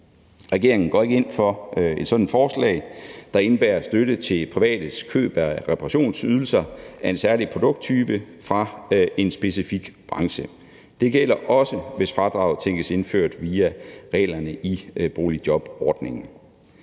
Regeringen går ikke ind for et sådant forslag, der indebærer støtte til privates køb af reparationsydelser af en særlig produkttype fra en specifik branche. Det gælder også, hvis fradraget tænkes indført via reglerne i boligjobordningen.